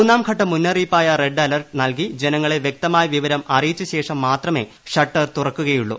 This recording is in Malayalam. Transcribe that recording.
മൂന്നാംഘട്ട മുന്നറിയിപ്പായ റെഡ് അലർട്ട് നൽകി ജനങ്ങളെ വൃക്തമായ വിവരം അറിയിച്ച ശേഷം മാത്രമെ ഷട്ടർ തുറക്കുകയുള്ളൂ